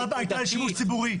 התב"ע הייתה לשימוש ציבורי.